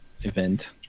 event